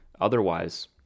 otherwise